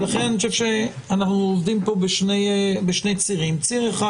לכן אני חושב שאנו עובדים פה בשני צירים אחד